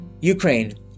Ukraine